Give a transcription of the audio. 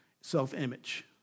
self-image